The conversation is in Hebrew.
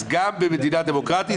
אז כך קרה גם במדינה דמוקרטית.